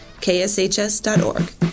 kshs.org